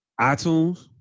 iTunes